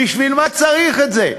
בשביל מה צריך את זה?